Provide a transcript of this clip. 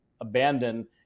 abandon